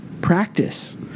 practice